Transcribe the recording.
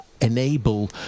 enable